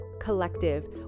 Collective